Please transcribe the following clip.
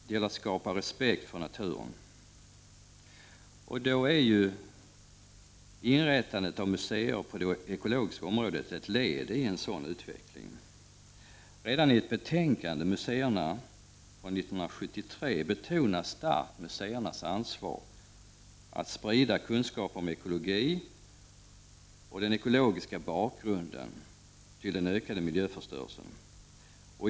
Det gäller att skapa respekt för naturen, och då är inrättandet av museer på det ekologiska området ett led i en sådan utveck Redan i betänkandet Museerna betonas starkt museernas ansvar att sprida kunskap om ekologi och den ekologiska bakgrunden till den ökade miljöföstörelsen.